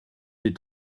des